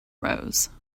rose